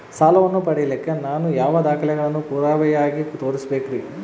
ಸಾಲವನ್ನು ಪಡಿಲಿಕ್ಕೆ ನಾನು ಯಾವ ದಾಖಲೆಗಳನ್ನು ಪುರಾವೆಯಾಗಿ ತೋರಿಸಬೇಕ್ರಿ?